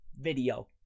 video